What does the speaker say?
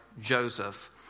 Joseph